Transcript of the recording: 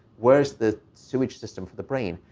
where is the sewage system for the brain?